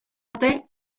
arte